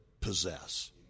possess